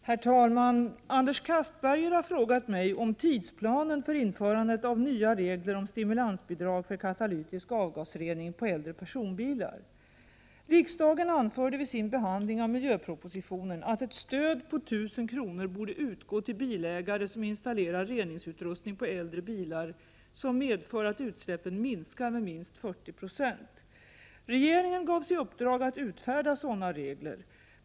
Herr talman! Anders Castberger har frågat mig om tidsplanen för införandet av nya regler om stimulansbidrag för katalytisk avgasrening på äldre personbilar. Riksdagen anförde vid sin behandling av miljöpropositionen att ett stöd på 1 000 kr. borde utgå till bilägare som installerar reningsutrustning på äldre bilar som medför att utsläppen minskar med minst 40 96. Regeringen gavs i uppdrag att utfärda sådana regler.